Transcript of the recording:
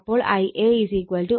അപ്പോൾ Ia Ia1 Ia2 kcl